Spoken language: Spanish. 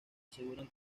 aseguran